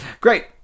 Great